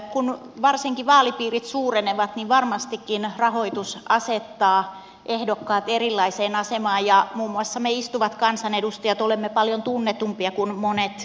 kun varsinkin vaalipiirit suurenevat niin varmastikin rahoitus asettaa ehdokkaat erilaiseen asemaan ja muun muassa me istuvat kansanedustajat olemme paljon tunnetumpia kuin monet meitä haastavat